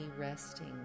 resting